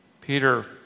Peter